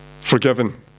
forgiven